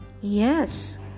Yes